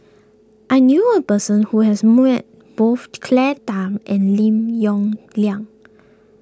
I knew a person who has met both Claire Tham and Lim Yong Liang